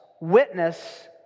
witness